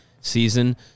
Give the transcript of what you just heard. season